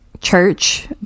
church